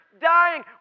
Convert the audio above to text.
dying